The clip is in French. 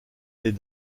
des